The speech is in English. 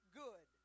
good